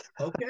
okay